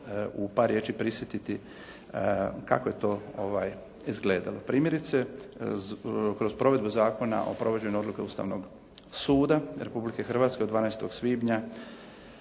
u par riječi prisjetiti kako je to izgledalo. Primjerice, kroz provedbu Zakona o provođenju odluke Ustavnog suda Republike Hrvatske od 12. svibnja